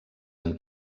amb